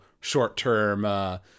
short-term